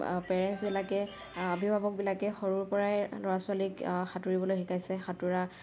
পেৰেণ্টছবিলাকে অভিভাৱকবিলাকে সৰুৰ পৰাই ল'ৰা ছোৱালীক সাঁতুৰিবলৈ শিকাইছে সাঁতোৰা